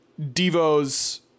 Devo's